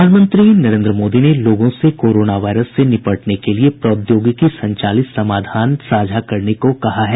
प्रधानमंत्री नरेन्द्र मोदी ने लोगों से कोरोना वायरस से निपटने के लिए प्रौद्योगिकी संचालित समाधान साझा करने को कहा है